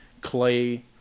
Clay